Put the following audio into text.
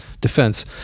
defense